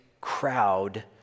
crowd